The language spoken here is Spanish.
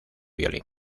violín